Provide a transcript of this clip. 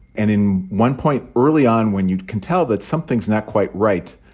and in one point early on, when you can tell that something's not quite right,